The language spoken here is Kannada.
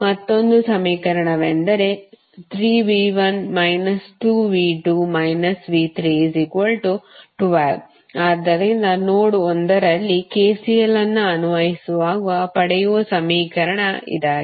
ಮತ್ತೊಂದು ಸಮೀಕರಣವೆಂದರೆ 3V1 2V2 V312 ಆದ್ದರಿಂದ ನೋಡ್ ಒಂದರಲ್ಲಿ KCL ಅನ್ನು ಅನ್ವಯಿಸುವಾಗ ಪಡೆಯುವ ಸಮೀಕರಣ ಇದಾಗಿದೆ